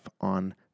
on